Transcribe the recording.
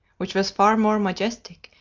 which was far more majestic,